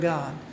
God